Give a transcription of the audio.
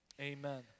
Amen